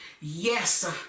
yes